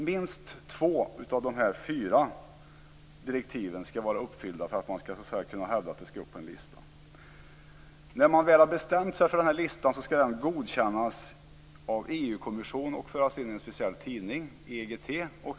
Minst två av dessa fyra direktiv skall vara uppfyllda för att man skall kunna hävda att evenemanget skall uppföras på en lista. När man väl har bestämt sig för en lista skall den godkännas av EU-kommissionen och publiceras i en speciell tidning, EGT.